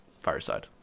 Fireside